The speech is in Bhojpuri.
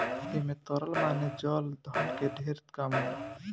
ऐमे तरल माने चल धन के ढेर काम होला